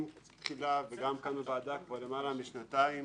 תחילה וגם כאן בוועדה - בר למעלה משנתיים